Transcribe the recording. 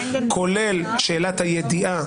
כולל שאלת הידיעה,